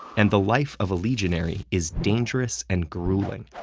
and the life of a legionary is dangerous and grueling.